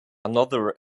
another